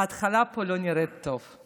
ההתחלה לא נראית טוב.